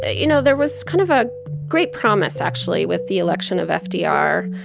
you know, there was kind of a great promise actually with the election of fdr.